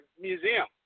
museum